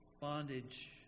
Bondage